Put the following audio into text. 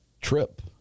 trip